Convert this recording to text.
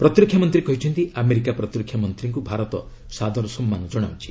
ପ୍ରତିରକ୍ଷା ମନ୍ତ୍ରୀ କହିଛନ୍ତି ଆମେରିକା ପ୍ରତିରକ୍ଷା ମନ୍ତ୍ରୀଙ୍କୁ ଭାରତ ସାଦର ସମ୍ମାନ ଜଣାଉଛି